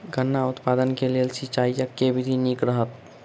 गन्ना उत्पादन केँ लेल सिंचाईक केँ विधि नीक रहत?